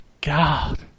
God